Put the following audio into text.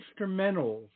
instrumentals